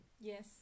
yes